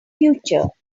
future